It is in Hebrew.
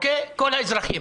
לכל האזרחים.